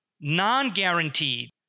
non-guaranteed